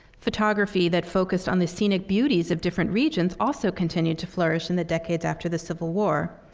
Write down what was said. photography that focused on the scenic beauties of different regions also continued to flourish in the decades after the civil war.